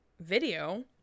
video